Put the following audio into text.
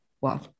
wow